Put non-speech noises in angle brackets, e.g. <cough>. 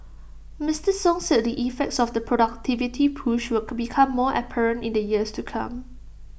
Mister song said the effects of the productivity push will <unintelligible> become more apparent in the years to come